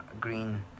green